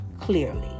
clearly